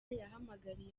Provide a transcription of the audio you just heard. yahamagariye